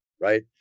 right